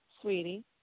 sweetie